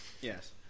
Yes